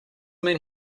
mean